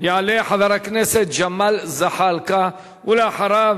יעלה חבר הכנסת ג'מאל זחאלקה, ואחריו,